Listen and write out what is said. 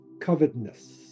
covetousness